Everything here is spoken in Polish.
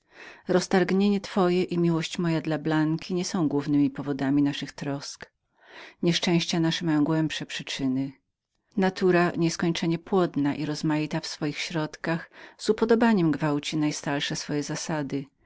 roztargnienie twoje i miłość moja dla blanki nie są pierwszemi przyczynami naszych trosk nieszczęścia nasze zkądinąd pochodzą natura niesłychanie płodna i dziwaczna w swoich środkach z upodobaniem gwałci najstalsze swoje zasady